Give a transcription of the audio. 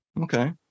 okay